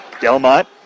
Delmont